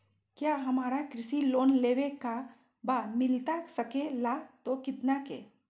क्या हमारा कृषि लोन लेवे का बा मिलता सके ला तो कितना के?